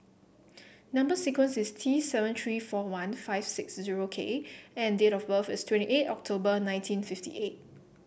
number sequence is T seven three four one five six zero K and date of birth is twenty eight October nineteen fifty eight